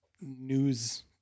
news